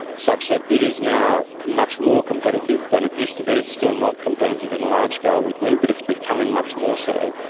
such that it is now much more competitive than it used to be. it's still not competitive in a large scale with wind, but it's becoming much more so.